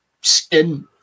skin